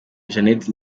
janet